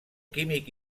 químic